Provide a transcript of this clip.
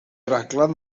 raglen